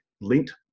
linked